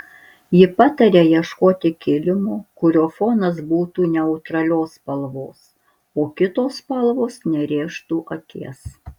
ji pataria ieškoti kilimo kurio fonas būtų neutralios spalvos o kitos spalvos nerėžtų akies